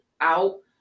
out